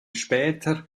später